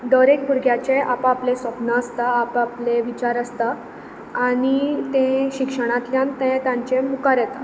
दर एक भुरग्याचे आपआपले स्वप्न आसता आपआपले विचार आसता आनी तें शिक्षणांतल्यान तें तांचें मुखार येता